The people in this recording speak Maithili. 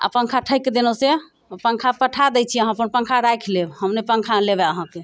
आ पङ्खा ठकि देलहुँ से पङ्खा पठा दै छी अहाँ अपन पङ्खा राखि लेब हम नहि पङ्खा लेब अहाँकेँ